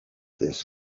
this